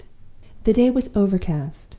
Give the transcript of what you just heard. the day was overcast,